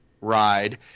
ride